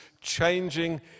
changing